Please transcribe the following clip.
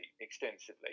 extensively